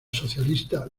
socialista